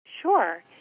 Sure